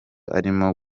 arimo